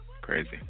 Crazy